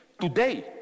today